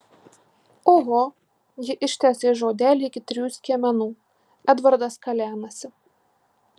oho ji ištęsė žodelį iki trijų skiemenų edvardas kalenasi